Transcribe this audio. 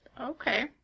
Okay